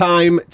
Time